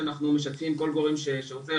אנחנו משתפים כל גורם שרוצה,